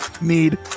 Need